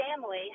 family